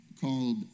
called